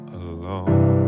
alone